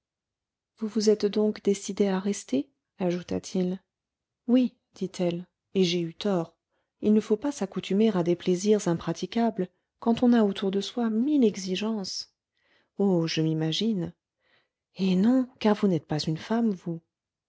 vous vous êtes donc décidée à rester ajouta-t-il oui dit-elle et j'ai eu tort il ne faut pas s'accoutumer à des plaisirs impraticables quand on a autour de soi mille exigences oh je m'imagine eh non car vous n'êtes pas une femme vous